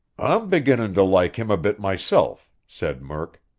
i'm beginnin' to like him a bit myself, said murk.